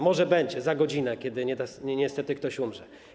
Może będzie za godzinę, kiedy niestety ktoś umrze.